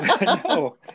No